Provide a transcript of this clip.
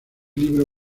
libro